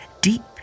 Deep